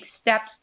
steps